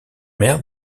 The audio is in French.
mère